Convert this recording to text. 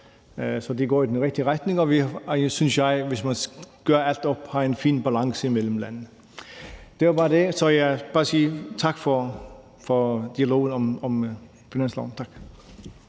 Så det går i den rigtige retning, og jeg synes, at vi, hvis man gør alt op, har en fin balance imellem landene. Det var bare det. Så jeg vil bare sige tak for dialogen om finansloven. Tak.